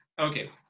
Okay